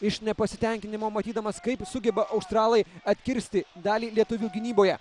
iš nepasitenkinimo matydamas kaip sugeba australai atkirsti dalį lietuvių gynyboje